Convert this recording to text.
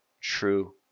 True